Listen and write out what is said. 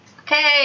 Okay